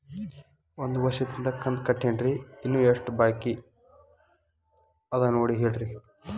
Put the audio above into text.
ಒಂದು ವರ್ಷದಿಂದ ಕಂತ ಕಟ್ಟೇನ್ರಿ ಇನ್ನು ಎಷ್ಟ ಬಾಕಿ ಅದ ನೋಡಿ ಹೇಳ್ರಿ